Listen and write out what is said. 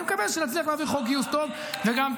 שר האוצר, אין לך